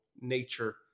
nature